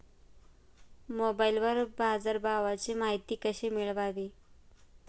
मोबाइलवर बाजारभावाची माहिती कशी मिळवावी?